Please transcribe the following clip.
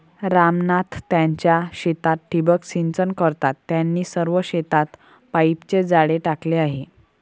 राम नाथ त्यांच्या शेतात ठिबक सिंचन करतात, त्यांनी सर्व शेतात पाईपचे जाळे टाकले आहे